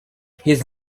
his